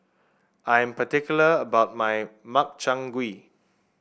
I'm particular about my Makchang Gui